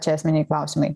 čia esminiai klausimai